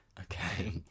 Okay